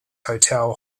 hotel